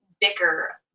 bicker